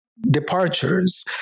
departures